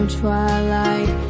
twilight